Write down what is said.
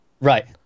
Right